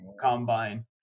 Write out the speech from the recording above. combine